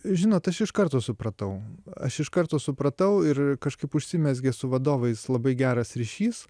žinot aš iš karto supratau aš iš karto supratau ir kažkaip užsimezgė su vadovais labai geras ryšys